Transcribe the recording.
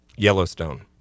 Yellowstone